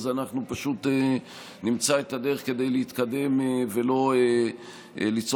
אנחנו נמצא את הדרך להתקדם ולא ליצור